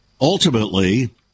Ultimately